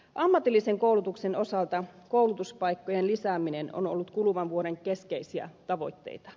ammatillisen koulutuksen osalta koulutuspaikkojen lisääminen on ollut kuluvan vuoden keskeisiä tavoitteita